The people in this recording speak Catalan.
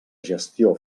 gestió